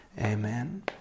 Amen